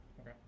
Okay